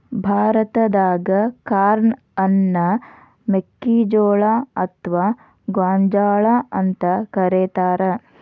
ಭಾರತಾದಾಗ ಕಾರ್ನ್ ಅನ್ನ ಮೆಕ್ಕಿಜೋಳ ಅತ್ವಾ ಗೋಂಜಾಳ ಅಂತ ಕರೇತಾರ